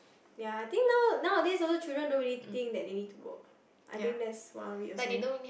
ya I think now nowadays also children don't really think that they need to work I think that's one of it also